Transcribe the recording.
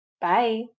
Bye